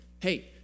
Hey